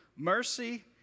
Mercy